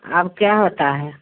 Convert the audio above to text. अब क्या होता है